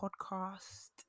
podcast